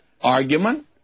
argument